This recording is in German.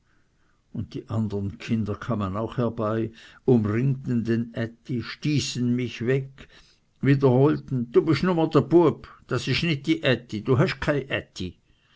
und die andern kinder kamen auch herbei umringten den ätti stießen mich weg wiederholten du bisch nume dr bueb das isch nit